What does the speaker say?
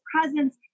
presence